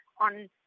on